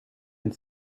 met